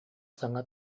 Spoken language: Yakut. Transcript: саҥа